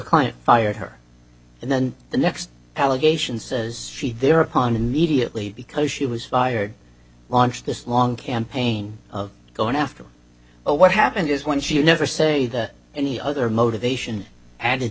client fired her and then the next allegation says she thereupon immediately because she was fired launched this long campaign of going after what happened is when she would never say that any other motivation added